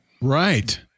Right